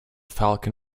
falcon